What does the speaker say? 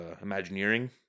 imagineering